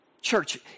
Church